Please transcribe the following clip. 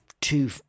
two